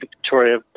Victoria